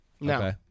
No